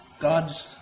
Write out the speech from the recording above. God's